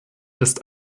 ist